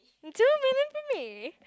two million to me